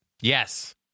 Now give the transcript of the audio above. Yes